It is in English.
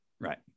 Right